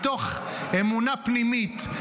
מתוך אמונה פנימית,